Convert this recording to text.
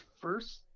first